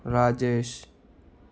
Rajesh